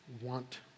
want